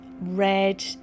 red